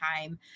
time